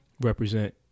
represent